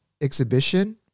exhibition